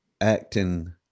acting